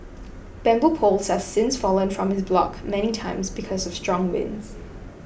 bamboo poles have since fallen from his block many times because of strong winds